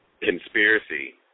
conspiracy